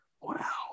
Wow